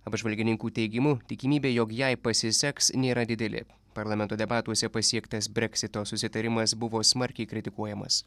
apžvalgininkų teigimu tikimybė jog jai pasiseks nėra didelė parlamento debatuose pasiektas breksito susitarimas buvo smarkiai kritikuojamas